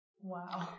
Wow